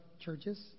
churches